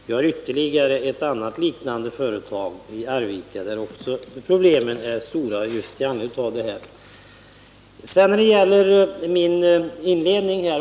Vi har ytterligare ett företag i Arvika som har stora problem just med anledning av detta.